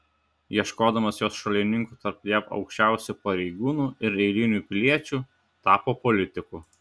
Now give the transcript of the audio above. ieškodamas jos šalininkų tarp jav aukščiausių pareigūnų ir eilinių piliečių tapo politiku